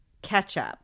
ketchup